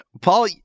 Paul